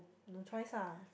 no choice ah